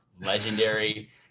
legendary